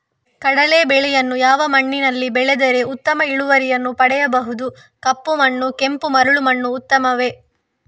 ಕಡಲೇ ಬೆಳೆಯನ್ನು ಯಾವ ಮಣ್ಣಿನಲ್ಲಿ ಬೆಳೆದರೆ ಉತ್ತಮ ಇಳುವರಿಯನ್ನು ಪಡೆಯಬಹುದು? ಕಪ್ಪು ಮಣ್ಣು ಕೆಂಪು ಮರಳು ಮಣ್ಣು ಉತ್ತಮವೇ?